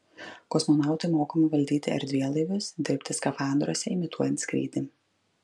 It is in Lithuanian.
kosmonautai mokomi valdyti erdvėlaivius dirbti skafandruose imituojant skrydį